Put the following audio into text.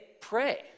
pray